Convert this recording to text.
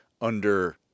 under-